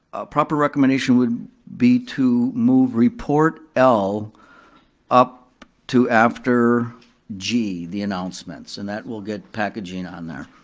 proper recommendation would be to move report l up to after g, the announcements. and that will get packaging on there.